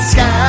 Sky